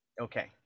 okay